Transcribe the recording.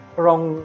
wrong